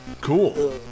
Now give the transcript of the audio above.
Cool